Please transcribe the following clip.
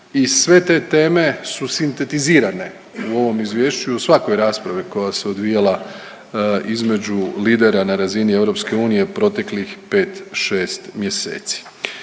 i sve te teme su sintetizirane u ovom izvješću, u svakoj raspravi koja se odvijala između lidera na razini Europske unije proteklih 5-6 mjeseci.